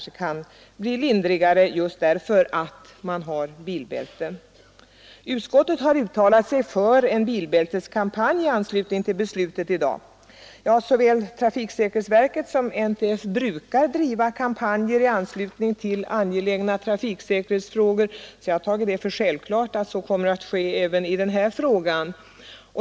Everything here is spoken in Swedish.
Utskottet har uttalat sig för en bilbälteskampanj i anslutning till beslutet i dag. Såväl trafiksäkerhetsverket som NTF brukar driva kampanjer i anslutning till angelägna trafiksäkerhetsfrågor, och jag har tagit för självklart att så kommer att ske även i den här frågan.